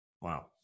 wow